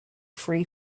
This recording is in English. free